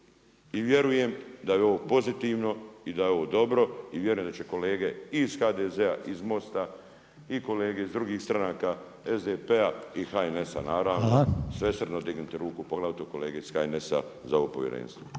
I vjerujem da je ovo pozitivno i da je ovo dobro i vjerujem da će kolege i iz HDZ-a i iz MOST-a i kolege iz drugih stranaka, SDP-a i HNS-a naravno svesrdno dignuti ruku poglavito kolege iz HNS-a za ovo povjerenstvo.